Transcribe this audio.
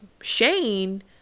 shane